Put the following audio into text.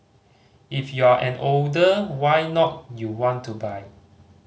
if you're an older why not you want to buy